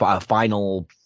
Final